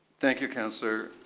thank you, councillor.